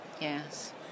yes